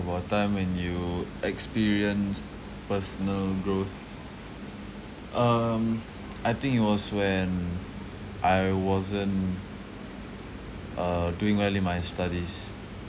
about a time when you experienced personal growth um I think it was when I wasn't uh doing well in my studies